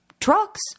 trucks